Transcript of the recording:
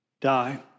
die